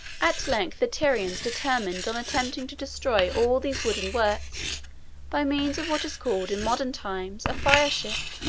at length the tyrians determined on attempting to destroy all these wooden works by means of what is called in modern times a fire ship.